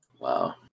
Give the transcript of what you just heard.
Wow